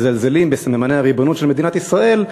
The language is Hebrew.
מזלזלים בסממני הריבונות של מדינת ישראל,